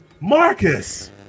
Marcus